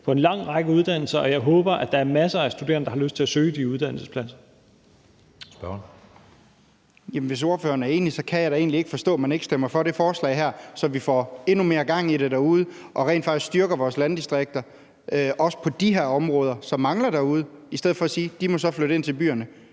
Anden næstformand (Jeppe Søe): Spørgeren. Kl. 14:38 Kristian Bøgsted (DD): Jamen hvis ordføreren er enig, kan jeg da egentlig ikke forstå, at man ikke stemmer for det her forslag, så vi får endnu mere gang i det derude og vi rent faktisk styrker vores landdistrikter også på de her områder, som mangler derude, i stedet for at vi siger, at de så må flytte ind til byerne.